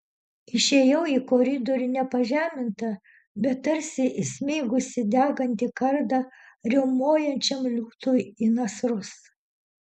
išėjau į koridorių ne pažeminta bet tarsi įsmeigusi degantį kardą riaumojančiam liūtui į nasrus